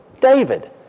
David